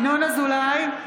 (קוראת בשמות חברי הכנסת) ינון אזולאי,